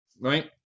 right